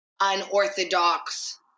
unorthodox